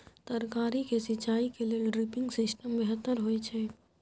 तरकारी के सिंचाई के लेल ड्रिपिंग सिस्टम बेहतर होए छै?